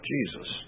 Jesus